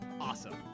awesome